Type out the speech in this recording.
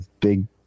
big